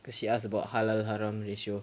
cause she asked about halal haram ratio